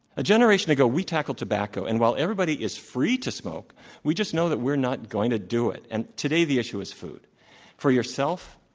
a generation ago we tackled tobacco, and while everybody is free to smoke we just know that we're not going to do it. and today the issue is food for yourself,